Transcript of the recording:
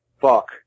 Fuck